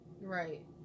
right